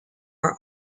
are